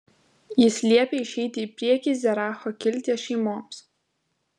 jis liepė išeiti į priekį zeracho kilties šeimoms